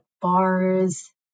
bars